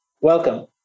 Welcome